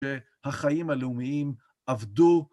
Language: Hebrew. שהחיים הלאומיים עבדו